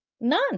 None